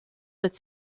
but